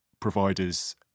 providers